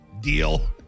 Deal